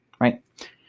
Right